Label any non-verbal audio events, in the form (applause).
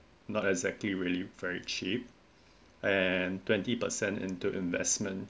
not exactly valu~ very cheap (breath) and twenty percent into investment